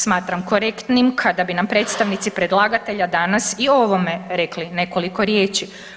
Smatram korektnim kada bi nam predstavnici predlagatelja danas i o ovome rekli nekoliko riječi.